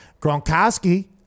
Gronkowski